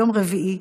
יום רביעי,